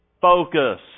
focus